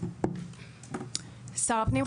שר הפנים,